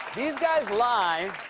these guys lie